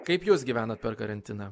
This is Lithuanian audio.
kaip jūs gyvenat per karantiną